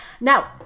Now